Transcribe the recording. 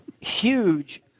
huge